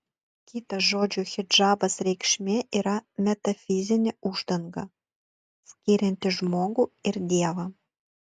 kita žodžio hidžabas reikšmė yra metafizinė uždanga skirianti žmogų ir dievą